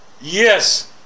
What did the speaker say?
Yes